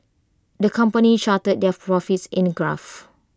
the company charted their profits in A graph